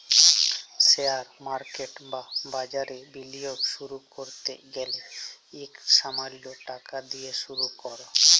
share market বা বাজারে বিলিয়গ শুরু ক্যরতে গ্যালে ইকট সামাল্য টাকা দিঁয়ে শুরু কর